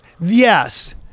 yes